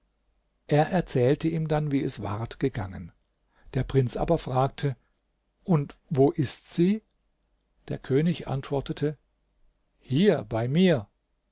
er erzählte ihm dann wie es ward gegangen der prinz aber fragte und wo ist sie der könig antwortete hier bei mir